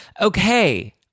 Okay